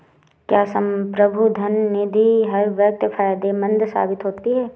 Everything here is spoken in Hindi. क्या संप्रभु धन निधि हर वक्त फायदेमंद साबित होती है?